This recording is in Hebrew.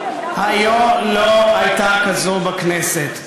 היה לא הייתה כזאת בכנסת.